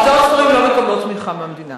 הוצאות ספרים לא מקבלות תמיכה מהמדינה.